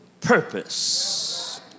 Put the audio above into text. purpose